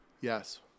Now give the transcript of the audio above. Yes